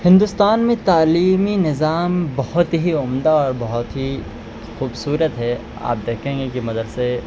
ہندوستان میں تعلیمی نظام بہت ہی عمدہ اور بہت ہی خوبصورت ہے آپ دیکھیں گے کہ مدرسے